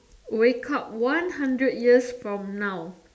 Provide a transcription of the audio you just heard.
wake up one hundred years from now